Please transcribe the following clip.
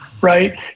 right